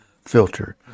filter